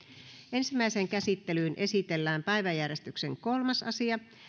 ensimmäiseen käsittelyyn esitellään päiväjärjestyksen kolmas asia